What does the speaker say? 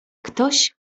ktoś